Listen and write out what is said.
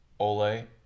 Ole